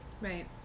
Right